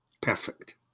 Perfect